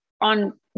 on